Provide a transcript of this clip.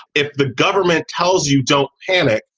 if the government tells you, don't panic.